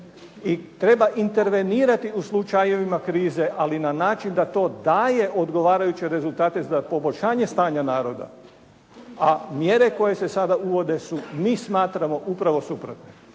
i treba intervenirati u slučajevima krize ali na način da to daje odgovarajuće rezultate za poboljšanje stanja naroda. A mjere koje se sada uvode su mi smatramo upravo suprotne.